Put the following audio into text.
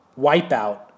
wipeout